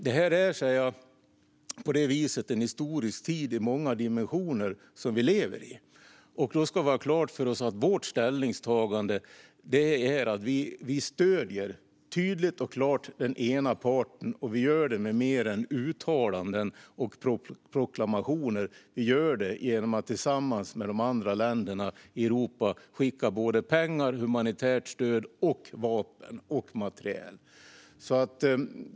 Det är på det viset en historisk tid i många dimensioner som vi lever i, och då ska vi ha klart för oss att vårt ställningstagande är att vi tydligt och klart stöder den ena parten och att vi gör det med mer än uttalanden och proklamationer. Vi gör det genom att tillsammans med de andra länderna i Europa skicka pengar och humanitärt stöd men också vapen och materiel.